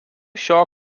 šio